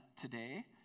today